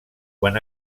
quan